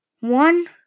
one